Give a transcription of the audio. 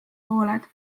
pooled